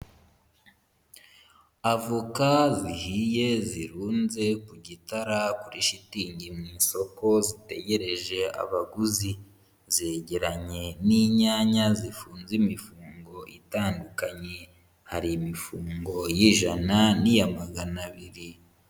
Avoka zihiye zirunze ku gitara kuri shitingi mu isoko zitegereje abaguzi. Zegeranye n'inyanya zifunze imifungo itandukanye. Hari imifungo y'ijana n'iya magana abiri.